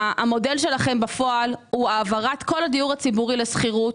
המודל שלכם בפועל הוא העברת כל הדיור הציבורי לשכירות,